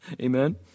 Amen